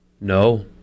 No